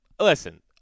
Listen